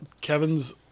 Kevin's